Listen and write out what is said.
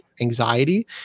anxiety